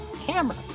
Camera